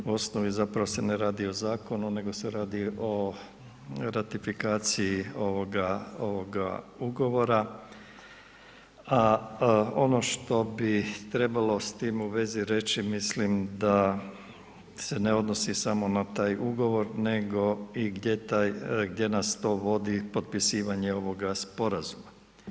U osnovi zapravo se ne radi o zakonu nego se radi o ratifikaciji ugovora, a ono što bi trebalo s tim u vezi reći, mislim da se ne odnosi samo na taj ugovor nego i gdje nas to vodi, potpisivanje ovog sporazuma.